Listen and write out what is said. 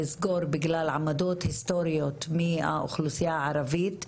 ל ידה ויש הרבה תלונות גם כן על העיכוב בהגעת המשטרה